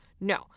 No